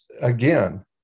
again